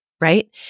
right